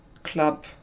club